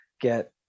get